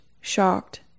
shocked